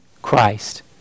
Christ